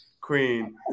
Queen